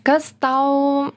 kas tau